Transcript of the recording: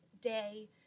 day